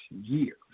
year